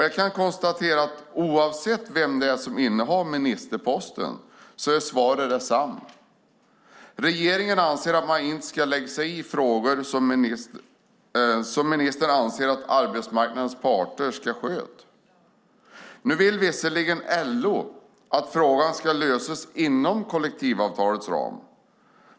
Jag kan konstatera att oavsett vem som innehar ministerposten är svaret detsamma. Regeringen anser att man inte ska lägga sig i, och ministern menar att arbetsmarknadens parter ska sköta de frågorna. Nu vill visserligen LO att frågan ska lösas inom kollektivavtalets ram.